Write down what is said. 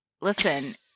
listen